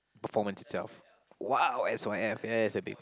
performance itself !wow! s_y_f ya it's a big